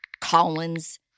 Collins